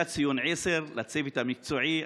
היה ציון 10 לצוות המקצועי,